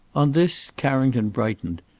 on this, carrington brightened,